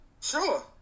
Sure